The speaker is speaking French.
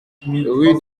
rue